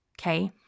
okay